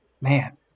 Man